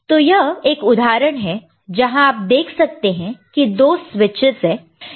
तो यह एक उदाहरण है जहां आपदेख सकते हैं कि दो स्विचस है